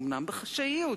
אומנם בחשאיות,